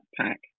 pack